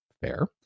Fair